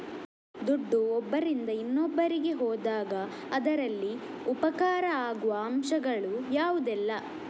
ದುಡ್ಡು ಒಬ್ಬರಿಂದ ಇನ್ನೊಬ್ಬರಿಗೆ ಹೋದಾಗ ಅದರಲ್ಲಿ ಉಪಕಾರ ಆಗುವ ಅಂಶಗಳು ಯಾವುದೆಲ್ಲ?